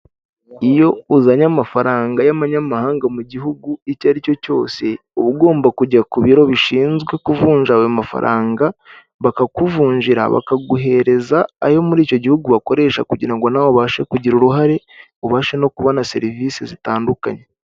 Iyo uzanye amafaranga y'abanyamahanga mu gihugu icyo aricyo cyose, uba ugomba kujya ku biro bishinzwe kuvunja ayo mafaranga bakakuvunjira bakaguhereza ayo muri icyo gihugu bakoresha kugira ngo nawe ubashe kugira uruhare ubashe no kubona serivisi zitandukanye.